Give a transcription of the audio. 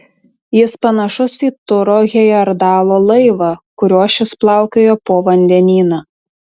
jis panašus į turo hejerdalo laivą kuriuo šis plaukiojo po vandenyną